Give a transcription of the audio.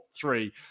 three